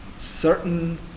certain